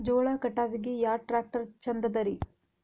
ಜೋಳ ಕಟಾವಿಗಿ ಯಾ ಟ್ಯ್ರಾಕ್ಟರ ಛಂದದರಿ?